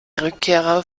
rückkehrer